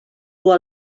dur